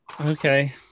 Okay